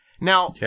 now